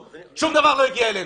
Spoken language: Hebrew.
שום דבר לא הגיע אלינו,